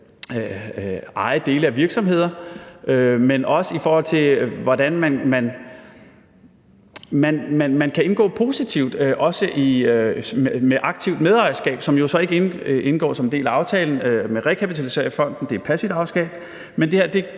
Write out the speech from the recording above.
at eje dele af virksomheder, men også i forhold til, hvordan man kan indgå positivt med aktivt medejerskab. Det indgår ikke som en del af aftalen med rekapitaliseringsfonden – det er et passivt ejerskab